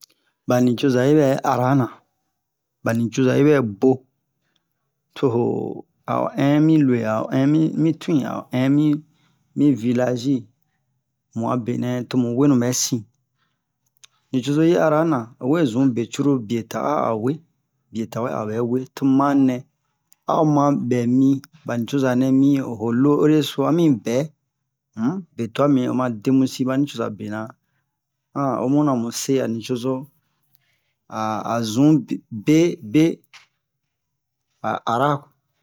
bani coza yibɛ arana bani coza yibɛ bo to'o a'o in mi lo'e a'o mi twin a'o in mi village mu'a benɛ tomu wenu bɛsin nucozo yi arana owe zun be cruru bie otawɛ awe bie otawɛ abɛwe tomu manɛ a'o ma bɛ mi banicozanɛ miho lo ereso ami bɛ um be tua mimini oma demusi banicoza bena omuna muse a nicozo azunbe be'a ara